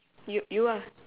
you you ah